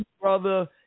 brother